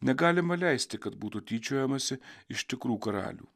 negalima leisti kad būtų tyčiojamasi iš tikrų karalių